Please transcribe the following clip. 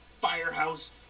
firehouse